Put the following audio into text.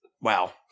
Wow